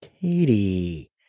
Katie